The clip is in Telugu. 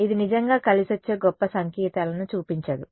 ఇది నిజంగా కలిసొచ్చే గొప్ప సంకేతాలను చూపించదు